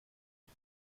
بود